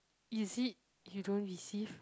is it you don't receive